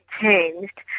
changed